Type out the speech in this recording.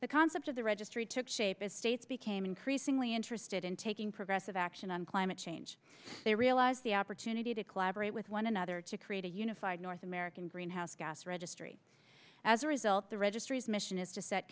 the concept of the registry took shape as states became increasingly interested in taking progressive action on climate change they realized the opportunity to collaborate with one another to create a unified north american greenhouse gas registry as a result the registry's mission is